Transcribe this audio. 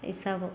ई सब